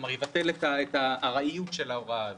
כלומר יבטל את הארעיות של ההוראה הזאת,